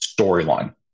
storyline